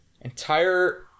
entire